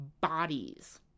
bodies